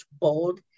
bold